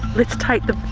let's take them.